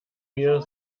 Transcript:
mir